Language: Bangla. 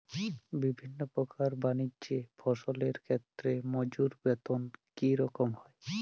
বিভিন্ন প্রকার বানিজ্য ফসলের ক্ষেত্রে মজুর বেতন কী রকম হয়?